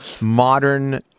modern